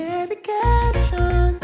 Medication